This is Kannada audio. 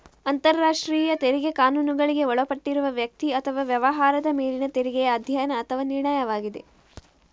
ಅಂತರರಾಷ್ಟ್ರೀಯ ತೆರಿಗೆ ಕಾನೂನುಗಳಿಗೆ ಒಳಪಟ್ಟಿರುವ ವ್ಯಕ್ತಿ ಅಥವಾ ವ್ಯವಹಾರದ ಮೇಲಿನ ತೆರಿಗೆಯ ಅಧ್ಯಯನ ಅಥವಾ ನಿರ್ಣಯವಾಗಿದೆ